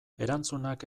erantzunak